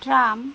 tram